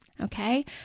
Okay